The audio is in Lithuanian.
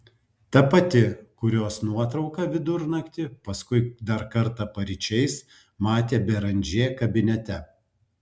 ta pati kurios nuotrauką vidurnaktį paskui dar kartą paryčiais matė beranžė kabinete